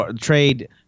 trade